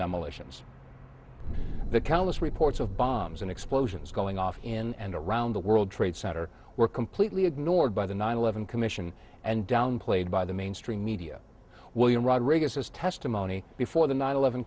demolitions the countless reports of bombs and explosions going off in and around the world trade center were completely ignored by the nine eleven commission and downplayed by the mainstream media william rodriguez his testimony before the nine eleven